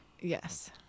Yes